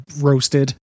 roasted